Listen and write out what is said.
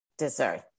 Dessert